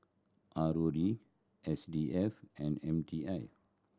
R O D S D F and M T I